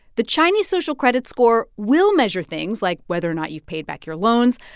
the chinese social credit score will measure things like whether or not you've paid back your loans,